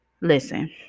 Listen